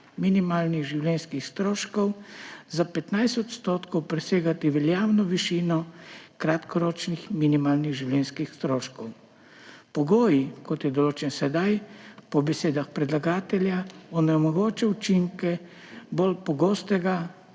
minimalnih življenjskih stroškov za 15 % presegati veljavno višino kratkoročnih minimalnih življenjskih stroškov. Pogoj, kot je določen sedaj, po besedah predlagatelja onemogoča učinke bolj pogostega